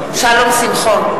שמחון,